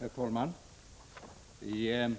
Herr talman! I debatten om